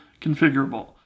configurable